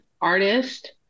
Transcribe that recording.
artist